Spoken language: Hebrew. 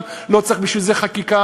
לא צריך בשביל זה חקיקה,